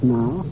now